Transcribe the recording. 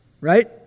right